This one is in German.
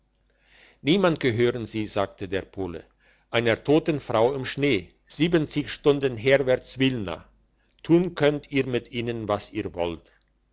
niemand gehören sie sagte der pole einer toten frau im schnee siebenzig stunden herwärts wilna tun könnt ihr mit ihnen was ihr wollt